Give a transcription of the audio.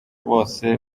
bose